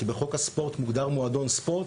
כי בחוק הספורט מוגדר מועדון ספורט,